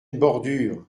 bordure